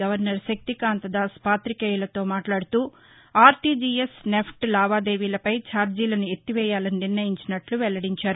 governor Shaktikanta Das పాతికేయులతో మాట్లాడుతూ RTGS NEFT లావాదేవీలపై ఛార్జీలను ఎత్తివేయాలని నిర్ణయించినట్ల వెల్లడించారు